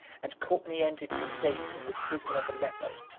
and courtenay ended his days in the prison of aleppo.